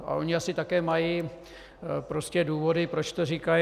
A oni asi také mají prostě důvody, proč to říkají.